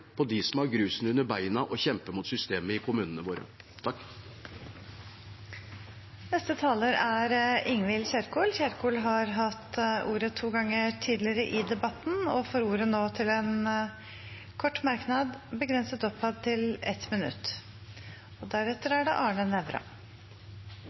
som har grusen under beina og kjemper mot systemet i kommunene våre. Representanten Ingvild Kjerkol har hatt ordet to ganger tidligere i og får ordet til en kort merknad, begrenset til 1 minutt.